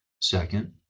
Second